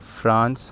France